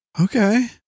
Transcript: Okay